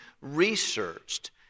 researched